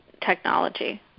technology